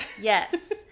Yes